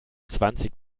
zwanzig